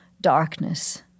darkness